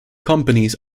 companies